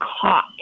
caught